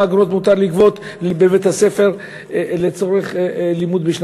אגרות מותר לגבות בבית-הספר לצורך לימוד.